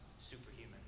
superhuman